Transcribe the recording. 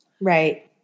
Right